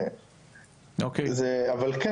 אבל כן,